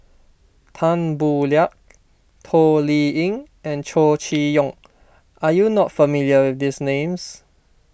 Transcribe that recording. Tan Boo Liat Toh Liying and Chow Chee Yong are you not familiar with these names